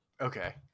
Okay